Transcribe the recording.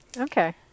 okay